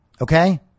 Okay